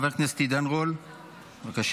חבר הכנסת עידן רול, בבקשה.